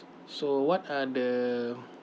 so what are the